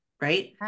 right